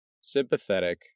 sympathetic